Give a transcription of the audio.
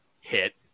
hit